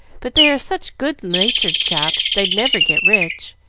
but they are such good-natured chaps, they'd never get rich.